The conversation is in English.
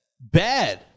bad